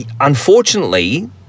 unfortunately